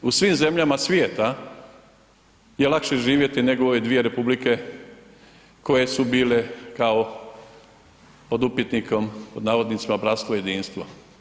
U svim zemljama svijeta je lakše živjeti nego u ove dvije republike koje su bile kao pod upitnikom, „bratstvo i jedinstvo“